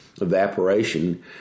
evaporation